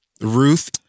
Ruth